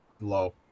low